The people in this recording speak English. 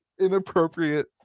inappropriate